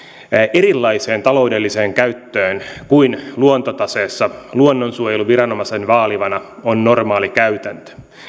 erilaiseen taloudelliseen käyttöön kuin mikä luontotaseessa luonnonsuojeluviranomaisen vaalimana on normaali käytäntö